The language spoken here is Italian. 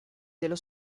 dello